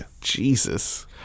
Jesus